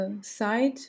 side